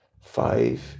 five